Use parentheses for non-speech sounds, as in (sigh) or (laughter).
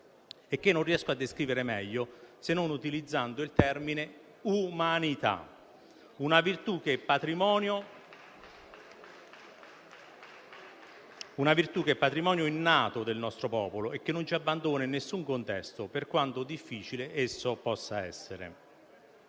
e che non riesco a descrivere meglio se non utilizzando il termine "umanità", (applause) una virtù che è patrimonio innato del nostro popolo e che non ci abbandona in nessun contesto, per quanto difficile esso possa essere.